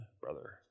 brother